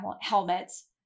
helmets